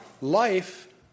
life